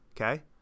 okay